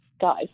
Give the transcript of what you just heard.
guys